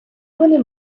вони